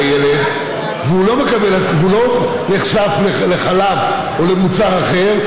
הילד והוא לא נחשף לחלב או למוצר אחר,